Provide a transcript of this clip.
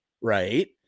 right